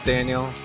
Daniel